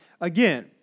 again